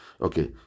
okay